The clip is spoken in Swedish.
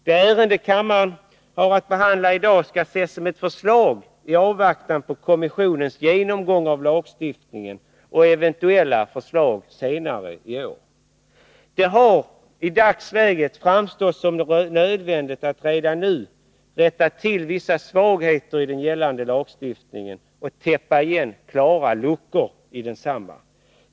Det ärende kammaren i dag har att behandla skall ses som ett förslag i avvaktan på kommissionens genomgång av lagstiftningen och eventuella förslag senare i år. Det har i dagsläget framstått som nödvändigt att redan nu rätta till vissa svagheter i gällande lagstiftning och täppa till klara luckor i densamma.